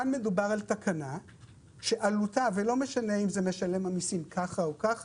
כאן מדובר על תקנה שעלותה ולא משנה אם זה משלם המיסים כך או כך